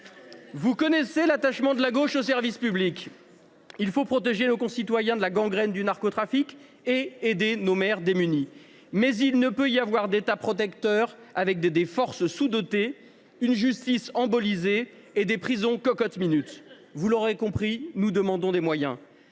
Vous connaissez l’attachement de la gauche au service public. Il faut protéger nos concitoyens de la gangrène du narcotrafic et aider nos maires démunis. Mais il ne peut y avoir d’État protecteur avec des forces sous dotées, une justice embolisée et des prisons cocottes minute. Vous l’aurez compris : nous demandons des moyens.